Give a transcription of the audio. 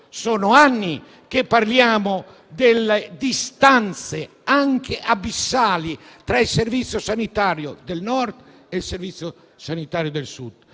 sono anni che parliamo delle distanze anche abissali tra il Servizio sanitario del Nord e quello del Sud.